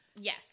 Yes